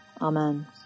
Amen